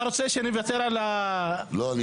לא, לא,